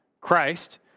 Christ